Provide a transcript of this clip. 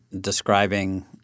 describing